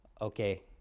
Okay